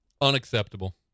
Unacceptable